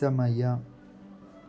ಸಮಯ